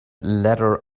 ladder